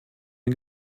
den